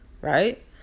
right